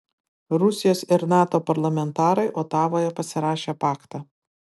rusijos ir nato parlamentarai otavoje pasirašė paktą